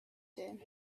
din